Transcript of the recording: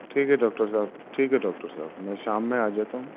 ٹھیک ہے ڈاکٹر صاحب ٹھیک ہے ڈاکٹر صاحب میں شام میں آ جاتا ہوں